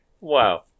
Wow